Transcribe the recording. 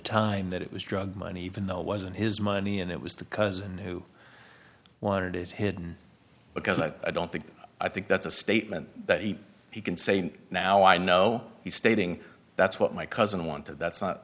time that it was drug money even though it wasn't his money and it was the cousin who wanted it hidden because like i don't think i think that's a statement that he he can say now i know he's stating that's what my cousin wanted that's not